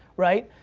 right?